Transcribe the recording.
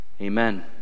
Amen